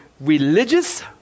religious